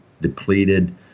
depleted